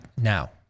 now